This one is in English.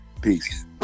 peace